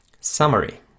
Summary